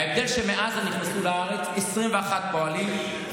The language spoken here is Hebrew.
ההבדל הוא שמעזה נכנסו לארץ 21,000 פועלים,